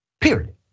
Period